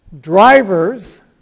Drivers